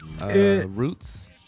Roots